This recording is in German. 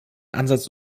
ansatz